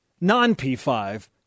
Non-P5